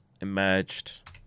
emerged